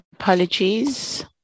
Apologies